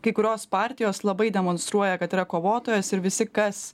kai kurios partijos labai demonstruoja kad yra kovotojos ir visi kas